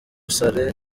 sarr